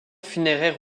funéraires